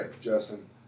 Justin